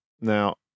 Now